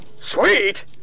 Sweet